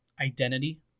identity